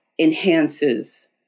enhances